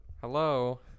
Hello